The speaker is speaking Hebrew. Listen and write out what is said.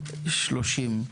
30,